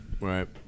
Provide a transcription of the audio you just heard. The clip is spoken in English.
Right